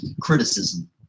criticism